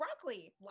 broccoli